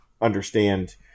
understand